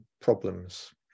problems